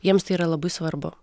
jiems tai yra labai svarbu